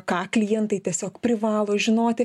ką klientai tiesiog privalo žinoti